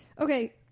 okay